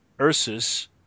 Ursus